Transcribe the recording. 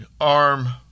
arm